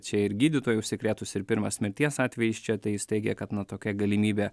čia ir gydytojai užsikrėtus ir pirmas mirties atvejis čia tai jis teigė kad na tokia galimybė